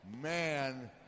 man